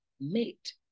mate